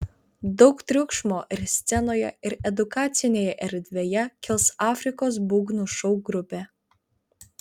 daug triukšmo ir scenoje ir edukacinėje erdvėje kels afrikos būgnų šou grupė